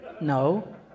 No